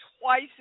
twice